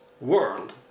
world